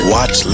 Watch